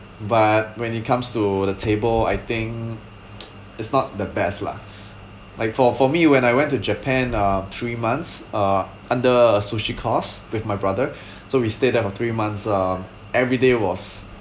but when it comes to the table I think it's not the best lah like for for me when I went to japan uh three months uh under a sushi course with my brother so we stayed there for three months uh every day was